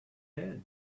heads